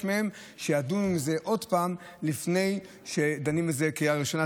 מהם שידונו בזה עוד פעם לפני שדנים בזה בקריאה ראשונה.